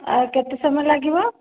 ଆଉ କେତେ ସମୟ ଲାଗିବ